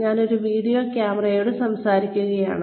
ഞാൻ ഒരു വീഡിയോ ക്യാമറയോട് സംസാരിക്കുകയാണ്